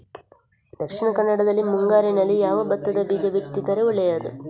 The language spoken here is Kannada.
ದಕ್ಷಿಣ ಕನ್ನಡದಲ್ಲಿ ಮುಂಗಾರಿನಲ್ಲಿ ಯಾವ ಭತ್ತದ ಬೀಜ ಬಿತ್ತಿದರೆ ಒಳ್ಳೆಯದು?